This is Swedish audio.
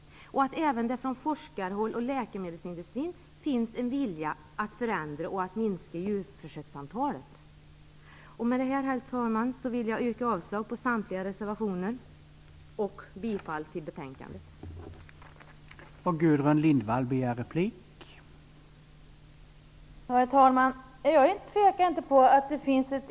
Även från forskarhåll och inom läkemedelsindustrin finns det en vilja att minska antalet djurförsök. Herr talman! Med detta vill jag yrka avslag på samtliga reservationer och bifall till utskottets hemställan i betänkandet.